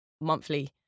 monthly